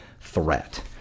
threat